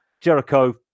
jericho